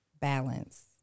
Balance